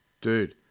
Dude